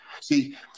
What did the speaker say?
See